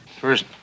First